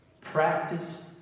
Practice